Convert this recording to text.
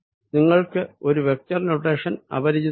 നിങ്ങൾക്ക് ഒരു vector notation അപരിചിതമല്ല